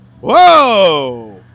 Whoa